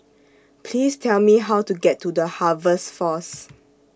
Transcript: Please Tell Me How to get to The Harvest Force